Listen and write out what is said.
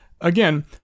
Again